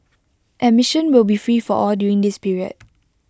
admission will be free for all during this period